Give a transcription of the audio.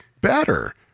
better